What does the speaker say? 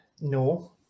no